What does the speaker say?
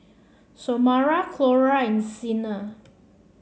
Xiomara Clora and Xena